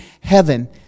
heaven